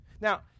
Now